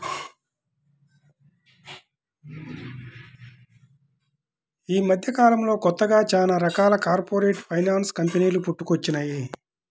యీ మద్దెకాలంలో కొత్తగా చానా రకాల కార్పొరేట్ ఫైనాన్స్ కంపెనీలు పుట్టుకొచ్చినియ్యి